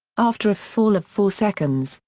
after a fall of four seconds,